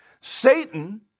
Satan